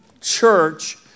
church